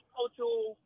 cultural